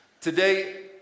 Today